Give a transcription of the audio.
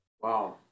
Wow